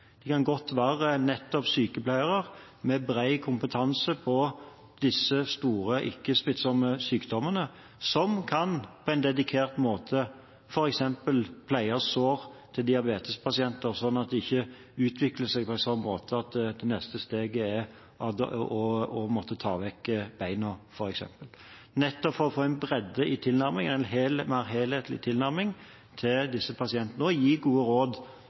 De kan godt være sykepleiere, med bred kompetanse på disse store, ikke-smittsomme sykdommene, som på en dedikert måte f.eks. kan pleie sår hos diabetespasienter, slik at det ikke utvikler seg på en slik måte at det neste steget er å måtte ta vekk beinet, f.eks. – dette for å få en bredere og mer helhetlig tilnærming til disse pasientene, gi gode råd